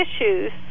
issues